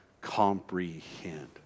comprehend